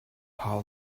how